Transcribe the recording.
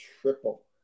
triple